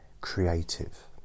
creative